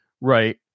right